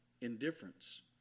indifference